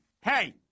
hey